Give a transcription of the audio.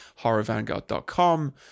horrorvanguard.com